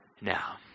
now